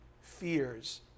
fears